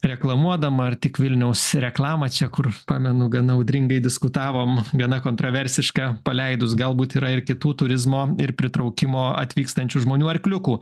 reklamuodama ar tik vilniaus reklamą čia kur pamenu gana audringai diskutavom gana kontroversiška paleidus galbūt yra ir kitų turizmo ir pritraukimo atvykstančių žmonių arkliukų